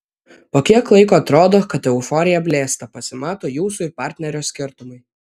po kiek laiko atrodo kad euforija blėsta pasimato jūsų ir partnerio skirtumai